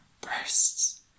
bursts